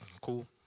Cool